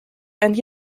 and